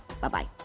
Bye-bye